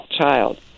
child